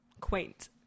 quaint